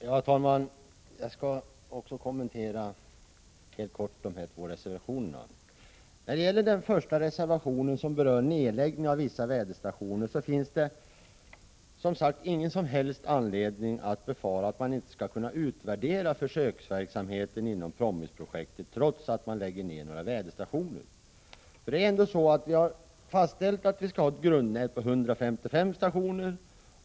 Herr talman! Jag skall helt kort kommentera de två reservationerna. Den första reservationen berör nedläggning av vissa väderstationer. Det finns ingen som helst anledning att befara att man inte skall kunna utvärdera försöksverksamheten inom PROMIS-projektet trots att man lägger ned några väderstationer. Vi har fastställt att vi skall ha ett grundnät på 155 stationer.